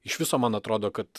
iš viso man atrodo kad